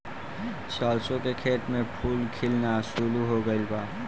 सरसों के खेत में फूल खिलना शुरू हो गइल बा